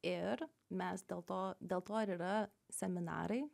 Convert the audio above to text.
ir mes dėl to dėl to ir yra seminarai